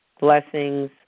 blessings